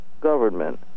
government